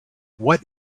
what